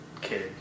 kid